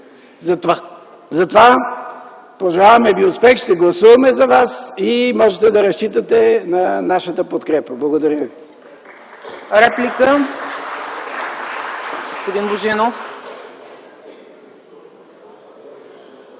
икономика! Пожелаваме Ви успех! Ще гласуваме за Вас и можете да разчитате на нашата подкрепа. Благодаря ви.